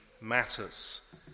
matters